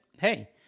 Hey